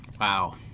Wow